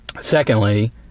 secondly